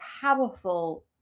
powerful